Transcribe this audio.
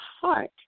heart